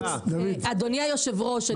אדוני היושב ראש.